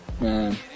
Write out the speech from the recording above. Man